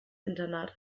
internat